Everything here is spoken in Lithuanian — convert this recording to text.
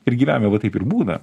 ir gyvenime va taip ir būna